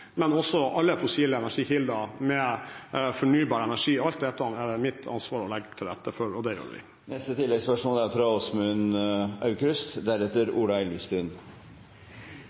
fornybar energi. Og alt dette er det mitt ansvar å legge til rette for, og det gjør vi. Åsmund Aukrust – til oppfølgingsspørsmål. Det er